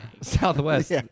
Southwest